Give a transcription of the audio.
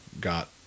got